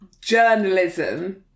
journalism